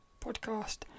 podcast